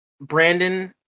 Brandon